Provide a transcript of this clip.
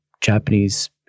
Japanese